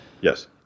Yes